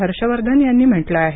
हर्ष वर्धन यांनी म्हटलं आहे